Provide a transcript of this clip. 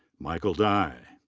michael dai.